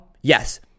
Yes